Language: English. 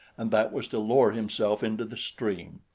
and that was to lower himself into the stream.